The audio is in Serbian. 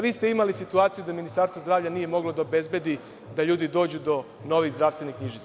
Vi ste imali situaciju da Ministarstvo zdravlja nije moglo da obezbedi da ljudi dođu do novih zdravstvenih knjižica.